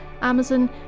Amazon